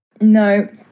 no